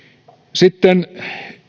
sitten